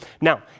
Now